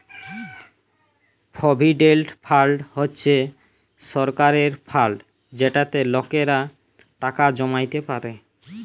provident fund হছে সরকারের fund যেটতে লকেরা টাকা জমাইতে পারে